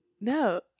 No